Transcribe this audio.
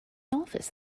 office